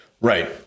Right